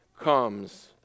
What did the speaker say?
comes